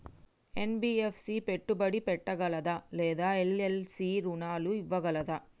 NBFC పెట్టుబడి పెట్టగలదా లేదా ఎల్.ఎల్.పి కి రుణాలు ఇవ్వగలదా?